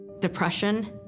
Depression